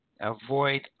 Avoid